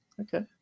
Okay